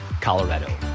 Colorado